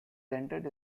rented